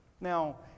Now